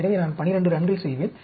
எனவே நான் 12 ரன்கள் செய்வேன்